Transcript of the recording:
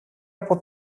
από